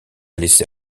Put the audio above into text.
laissé